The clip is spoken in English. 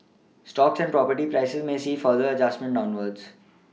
stocks and property prices may see further adjustments downwards